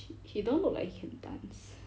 h~ he don't like he can dance